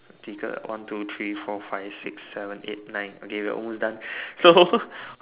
几个 one two three four five six seven eight nine okay we're almost done so